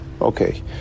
Okay